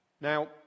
Now